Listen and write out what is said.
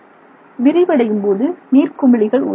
விரிவடையும் போது நீர்க்குமிழிகள் உருவாகின்றன